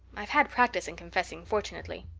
i've had practice in confessing, fortunately.